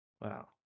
Wow